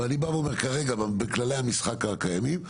אבל אני בא ואומר כרגע, בכללי המשחק הקיימים,